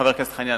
חבר הכנסת חנין,